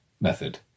method